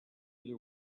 there